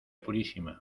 purísima